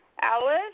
Alice